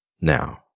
now